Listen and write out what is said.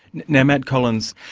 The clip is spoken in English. now matt collins,